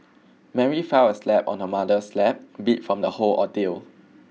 Mary fell asleep on her mother's lap beat from the whole ordeal